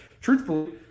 truthfully